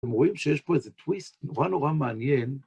הם רואים שיש פה איזה טוויסט נורא נורא מעניין.